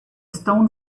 stone